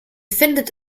findet